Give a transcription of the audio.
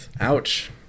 Ouch